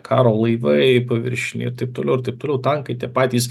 karo laivai paviršiniai ir taip toliau ir taip toliau tankai tie patys